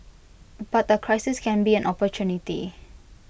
but A crisis can be an opportunity